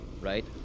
right